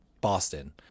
Boston